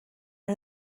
are